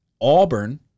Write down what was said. Auburn